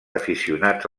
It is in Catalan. aficionats